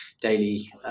daily